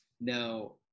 now